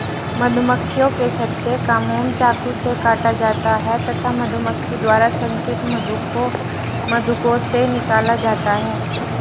मधुमक्खियों के छत्ते का मोम चाकू से काटा जाता है तथा मधुमक्खी द्वारा संचित मधु को मधुकोश से निकाला जाता है